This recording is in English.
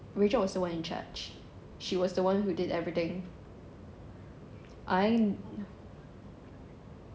rachel also went in charge she was the one who did everything